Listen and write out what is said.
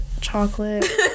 Chocolate